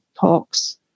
talks